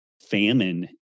famine